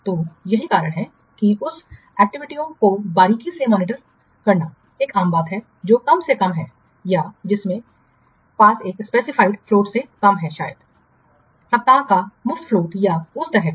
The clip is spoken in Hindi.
तो यही कारण है कि उन एक्टिविटीयों को बारीकी से मॉनिटरिंग करना एक आम बात है जो कम से कम हैं या जिनके पास एक स्पेसिफाइड फ्लोट से कम है शायद 1 सप्ताह का मुफ्त फ्लोट या उस तरह का